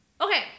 Okay